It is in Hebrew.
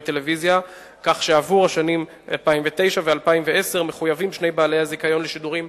טלוויזיה כך שעבור השנים 2009 ו-2010 שני בעלי הזיכיון לשידורים